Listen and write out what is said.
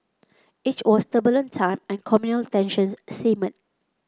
it was turbulent time and communal tensions simmered